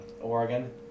Oregon